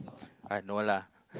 uh no lah